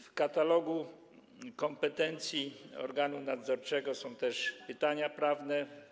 W katalogu kompetencji organu nadzorczego są też pytania prawne.